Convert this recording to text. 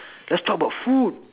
let's talk about food